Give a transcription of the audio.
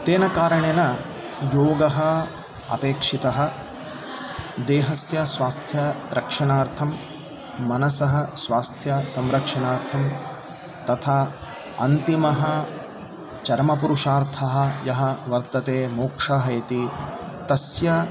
तेन कारणेन योगः अपेक्षितः देहस्य स्वास्थ्यरक्षणार्थं मनसः स्वास्थ्यसंरक्षणार्थं तथा अन्तिमः चरमपुरुषार्थः यः वर्तते मोक्षः इति तस्य